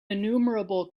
innumerable